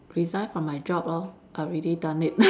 resign from my job lor I already done it